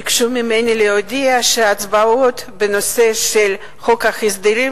ביקשו ממני להודיע שההצבעות על חוק ההסדרים